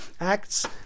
acts